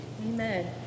Amen